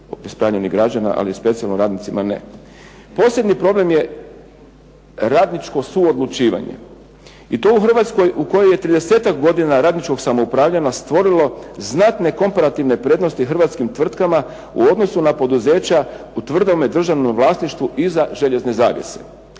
Posebni problem je radničko suodlučivanje. I to u Hrvatskoj u kojoj je 30-ak godina radničkog samoupravljanja stvorilo znatne komparativne prednosti hrvatskim tvrtkama, u odnosu na poduzeća …/Govornik se ne razumije./… vlasništvu iza željezne zavjese.